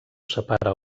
separa